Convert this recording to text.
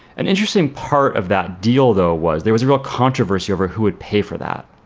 an interesting part of that deal though was there was a real controversy over who would pay for that.